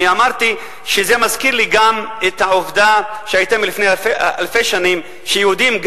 אמרתי שזה מזכיר לי גם את העובדה שלפני אלפי שנים גם יהודים,